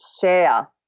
share